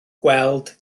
gweld